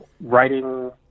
writing